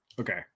okay